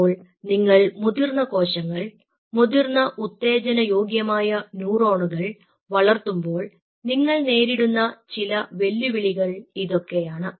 അപ്പോൾ നിങ്ങൾ മുതിർന്ന കോശങ്ങൾ മുതിർന്ന ഉത്തേജന യോഗ്യമായ ന്യൂറോണുകൾ വളർത്തുമ്പോൾ നിങ്ങൾ നേരിടുന്ന ചില വെല്ലുവിളികൾ ഇതൊക്കെയാണ്